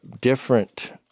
different